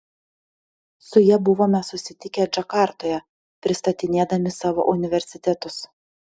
su ja buvome susitikę džakartoje pristatinėdami savo universitetus